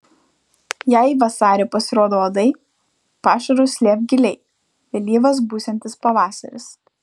jei vasarį pasirodo uodai pašarus slėpk giliai vėlyvas būsiantis pavasaris